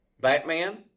Batman